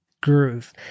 groove